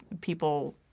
people